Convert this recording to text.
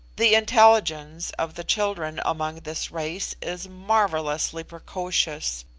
the intelligence of the children among this race is marvellously precocious,